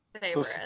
favorite